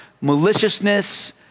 maliciousness